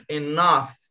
enough